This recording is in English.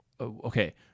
okay